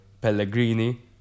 Pellegrini